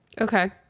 Okay